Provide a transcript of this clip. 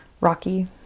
rocky